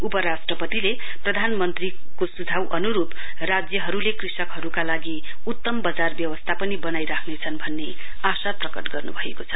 उपराष्ट्रपतिले प्रधानमन्त्रीको सुझाव अनुरुप राज्यहरुले कृषकहरुका लागि उत्तम वजार व्यवस्ता पनि वनाइराख्नेछन् भन्ने आशा प्रकट गर्नुभएको छ